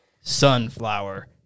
sunflower